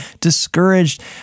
discouraged